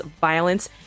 violence